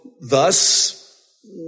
thus